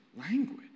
language